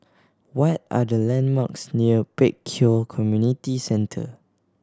what are the landmarks near Pek Kio Community Centre